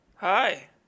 hi